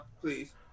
please